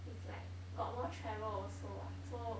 it's like got more travel also [what] so